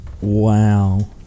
wow